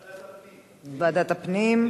ועדת הפנים.